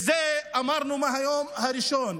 את זה אמרנו מהיום הראשון.